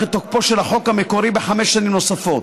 את תוקפו של החוק המקורי בחמש שנים נוספות.